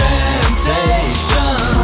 Temptation